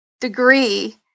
degree